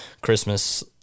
christmas